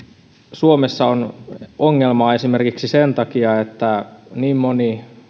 suomessa on ongelmaa esimerkiksi sen takia että niin moni